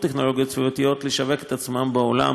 טכנולוגיות סביבתיות לשווק את עצמם בעולם